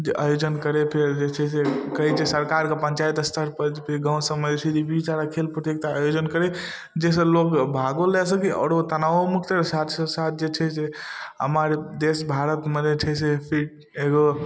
आयोजन करै फेर जे छै से कहै छै सरकारके पञ्चाइत स्तरपर गामसबमे जे छै से बीच आओरके खेल प्रतियोगिताके आयोजन करै जाहिसँ लोक भागो लऽ सकै आओर ओ तनावोमुक्त साथसँ साथ जे छै से हमर देश भारतमे जे छै से फेर एगो